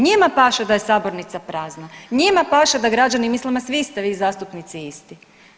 Njima paše da je sabornica prazna, njima paše da građani misle ma svi ste vi zastupnici isti.